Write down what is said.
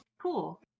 Cool